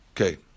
okay